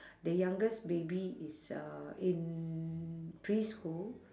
the youngest baby is uh in preschool